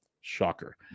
shocker